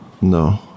No